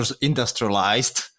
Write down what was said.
industrialized